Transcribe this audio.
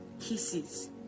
kisses